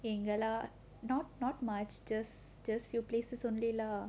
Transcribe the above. எங்க:enga lah not not much jus~ just few places only lah